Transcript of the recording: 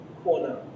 corner